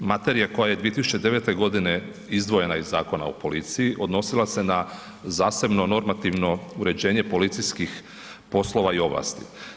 Materija koja je 2009. godine izdvojena iz Zakona o policiji odnosila se na zasebno normativno uređenje policijskih poslova i ovlasti.